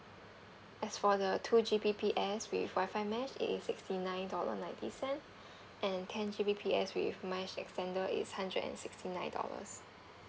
as for the two G_B_P_S with WIFI mesh it is sixty nine dollar ninety cent and ten G_B_P_S with mesh extender is hundred and sixty nine dollars